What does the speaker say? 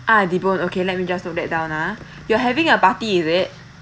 ah debone okay let me just note that down ah you're having a party is it